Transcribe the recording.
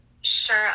sure